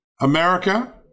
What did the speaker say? America